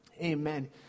Amen